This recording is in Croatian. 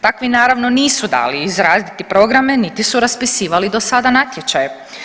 Takvi naravno nisu dali izraditi programe, niti su raspisivali do sada natječaje.